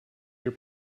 your